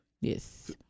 Yes